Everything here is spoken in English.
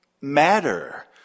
matter